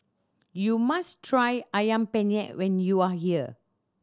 you must try Ayam Penyet when you are here